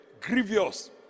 grievous